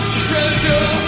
treasure